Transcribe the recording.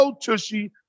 tushy